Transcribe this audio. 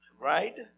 Right